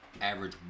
average